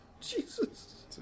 Jesus